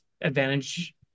advantage